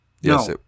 yes